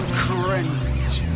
cringe